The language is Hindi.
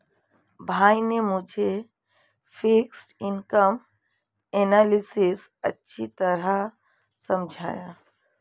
भाई ने मुझे फिक्स्ड इनकम एनालिसिस अच्छी तरह समझाया